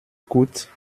coûte